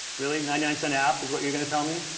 really? a ninety-nine cent app is what you're going to sell me?